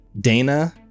Dana